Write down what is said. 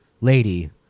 lady